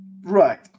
right